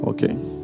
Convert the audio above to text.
Okay